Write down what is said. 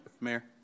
mayor